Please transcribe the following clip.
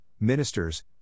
ministers